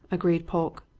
agreed polke.